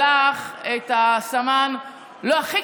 שלח את הסמן,